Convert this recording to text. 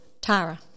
Tara